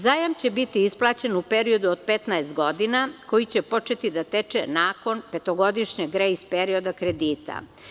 Zajam će biti isplaćen u periodu od 15 godina, koji će početi da teče nakon petogodišnjeg grejs perioda kredita.